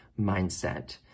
mindset